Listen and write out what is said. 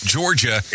Georgia